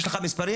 יש לך מספרים?